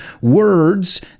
words